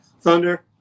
Thunder